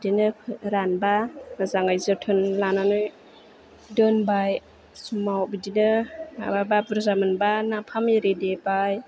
बिदिनो रानबा मोजाङै जोथोन लानानै दोनबाय समाव बिदिनो बुरजा मोनबा नाफाम इरि देबाय